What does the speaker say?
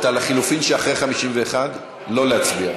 לחלופין שאחרי 51, לא להצביע?